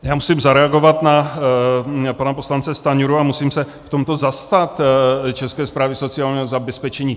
Já musím zareagovat na pana poslance Stanjuru a musím se v tomto zastat České správy sociálního zabezpečení.